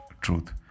truth